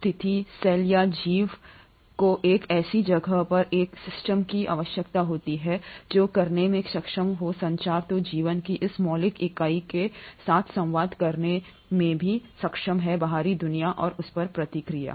ऐसे में स्थिति सेल या जीव को एक ऐसी जगह पर एक सिस्टम की आवश्यकता होती है जो करने में सक्षम हो संचार तो जीवन की इस मौलिक इकाई के साथ संवाद करने में भी सक्षम है बाहरी दुनिया और उस पर प्रतिक्रिया